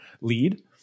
lead